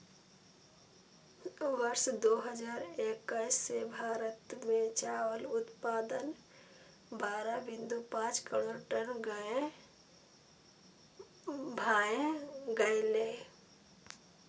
वर्ष दू हजार एक्कैस मे भारत मे चावल उत्पादन बारह बिंदु पांच करोड़ टन भए गेलै